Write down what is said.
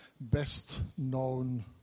best-known